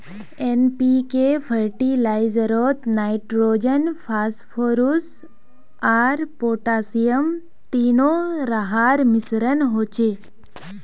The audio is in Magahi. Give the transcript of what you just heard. एन.पी.के फ़र्टिलाइज़रोत नाइट्रोजन, फस्फोरुस आर पोटासियम तीनो रहार मिश्रण होचे